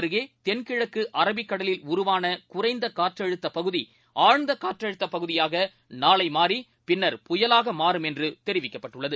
அருகேதென்கிழக்குஅரபிக் லட்சத்தீவு கடலில் உருவானகுறைந்தகாற்றழுத்தபகுதிஆழ்ந்தகாற்றழுத்தபகுதியாகநாளைமாறிபின்னர் புயலாகமாறும் என்றுதெரிவிக்கப்பட்டுள்ளது